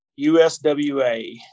USWA